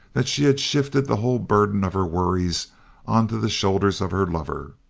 that she had shifted the whole burden of her worries onto the shoulders of her lover.